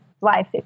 life